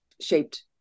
shaped